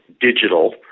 digital